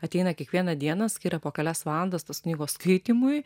ateina kiekvieną dieną skiria po kelias valandas tos knygos skaitymui